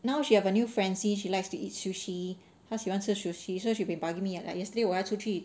now she have a new frenzy she likes to eat sushi 他喜欢吃 sushi so she's been bugging me like yesterday 我要出去